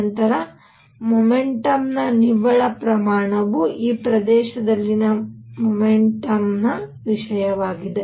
ನಂತರ ಮೊಮೆಂಟಮ್ನ ನಿವ್ವಳ ಪ್ರಮಾಣವು ಈ ಪ್ರದೇಶದಲ್ಲಿನ ಮೊಮೆಂಟಮ್ನ ವಿಷಯವಾಗಿದೆ